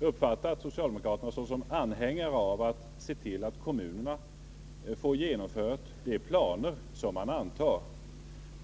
uppfattat socialdemokraterna som anhängare av tanken att se till att kommunerna får genomföra de planer som antas.